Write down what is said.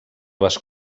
les